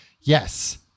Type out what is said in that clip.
Yes